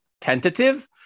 tentative